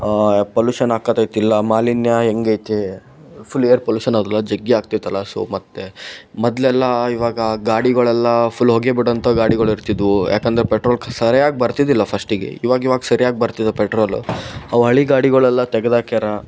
pollution ಆಗತೈತಿ ಇಲ್ಲ ಮಾಲಿನ್ಯ ಹೆಂಗೈತೆ ಫುಲ್ ಏರ್ ಪೊಲ್ಯೂಷನಲ್ಲವ ಜಗ್ಗಿ ಆಗ್ತೈತಲ ಸೊ ಮತ್ತು ಮೊದ್ಲೆಲ್ಲ ಇವಾಗ ಗಾಡಿಗಳೆಲ್ಲ ಫುಲ್ ಹೊಗೆ ಬಿಡೋಂಥ ಗಾಡಿಗಳಿರ್ತಿದ್ದವು ಏಕಂದ್ರೆ ಪೆಟ್ರೋಲ್ ಕ್ ಸರಿಯಾಗಿ ಬರ್ತಿದ್ದಿಲ್ಲ ಫಸ್ಟಿಗೆ ಇವಾಗ ಇವಾಗ ಸರಿಯಾಗಿ ಬರ್ತಿದೆ ಪೆಟ್ರೋಲು ಅವು ಹಳೆ ಗಾಡಿಗಳೆಲ್ಲ ತೆಗ್ದಾಕ್ಯಾರೆ